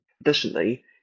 Additionally